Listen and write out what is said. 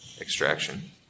extraction